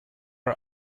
are